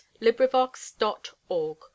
LibriVox.org